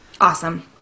Awesome